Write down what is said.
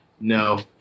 No